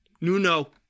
Nuno